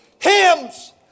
hymns